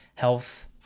health